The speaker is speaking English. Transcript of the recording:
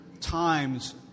times